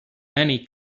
many